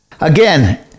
Again